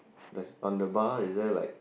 does on the bar is there like